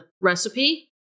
recipe